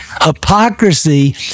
Hypocrisy